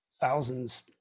thousands